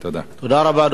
תודה רבה, אדוני.